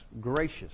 gracious